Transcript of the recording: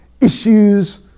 issues